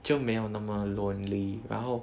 就没有那么 lonely 然后